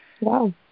Wow